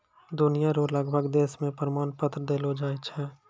दुनिया रो लगभग देश मे प्रमाण पत्र देलो जाय छै